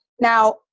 Now